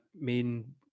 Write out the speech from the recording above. main